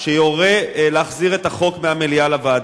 שיורה להחזיר את החוק מהמליאה לוועדה.